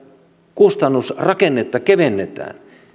kustannusrakennetta kevennetään